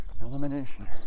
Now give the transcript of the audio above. elimination